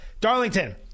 Darlington